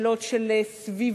שאלות של סביבה,